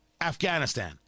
Afghanistan